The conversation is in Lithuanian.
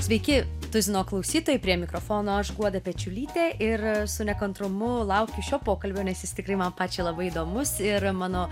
sveiki tuzino klausytojai prie mikrofono aš guoda pečiulytė ir su nekantrumu laukiu šio pokalbio nes jis tikrai man pačiai labai įdomus ir mano